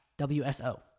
WSO